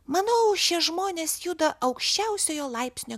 manau šie žmonės juda aukščiausiojo laipsnio